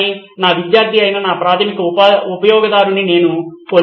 కానీ నా విద్యార్థి అయిన నా ప్రాధమిక ఉపయొగదారును నేను కోల్పోతాను